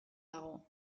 dago